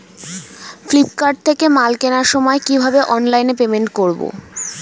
Flipkart থেকে মাল কেনার সময় কিভাবে অনলাইনে পেমেন্ট করব?